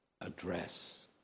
address